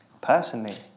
Personally